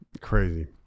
Crazy